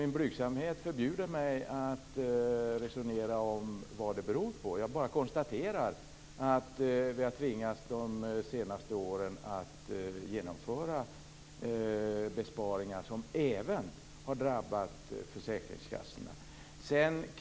Min blygsamhet förbjuder mig att resonera om vad det beror på. Jag bara konstaterar att vi under de senaste åren tvingats genomföra besparingar som även har drabbat försäkringskassorna.